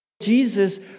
Jesus